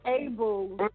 able